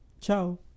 Ciao